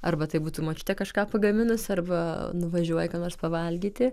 arba tai būtų močiutė kažką pagaminus arba nuvažiuoji ką nors pavalgyti